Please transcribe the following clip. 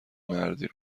مردی